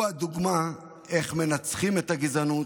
הוא הדוגמה לאיך מנצחים את הגזענות,